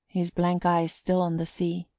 his blank eyes still on the sea.